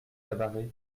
cabarets